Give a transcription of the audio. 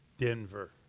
Denver